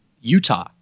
Utah